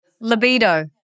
libido